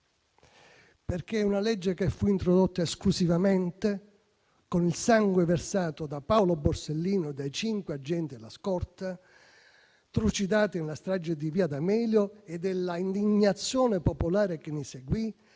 perché è una legge che fu introdotta esclusivamente con il sangue versato da Paolo Borsellino e dai cinque agenti della scorta, trucidati nella strage di via D'Amelio, e con l'indignazione popolare che ne seguì,